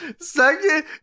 Second